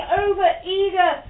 over-eager